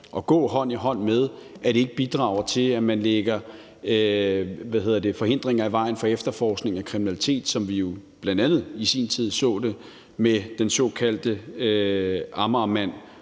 gå hånd i hånd med, at det ikke bidrager til, at man lægger hindringer i vejen for efterforskningen af kriminaliteten, som vi jo bl.a. i sin tid så det med den såkaldte Amagermand